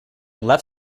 left